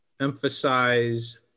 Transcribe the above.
emphasize